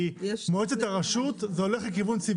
לרשות מרכזית.